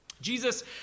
Jesus